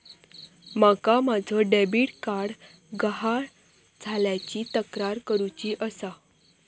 माका माझो debit card गहाळ झाल्याची तक्रार करुची आसा